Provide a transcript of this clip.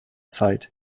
zeit